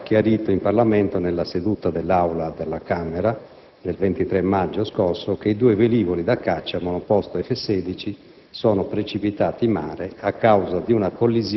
In primo luogo, sull'incidente il Governo ha già chiarito in Parlamento, nella seduta della Camera dei deputati del 23 maggio scorso, che i due velivoli da caccia monoposto F16